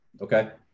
Okay